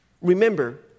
Remember